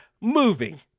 moving